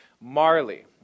Marley